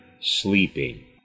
sleeping